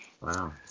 Wow